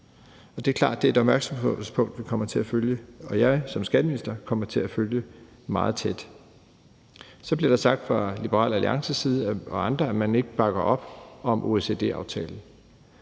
det er klart, at det er et opmærksomhedspunkt, vi kommer til at følge, og jeg som skatteminister kommer til at følge meget tæt. Så bliver der sagt fra Liberal Alliances side og af andre, at man ikke bakker op om OECD-aftalen.